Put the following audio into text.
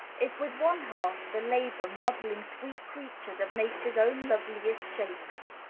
is with one-half the labor modelling sweet creatures of nature's own loveliest shapes.